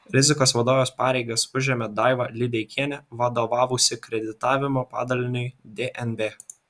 rizikos vadovės pareigas užėmė daiva lideikienė vadovavusi kreditavimo padaliniui dnb